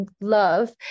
love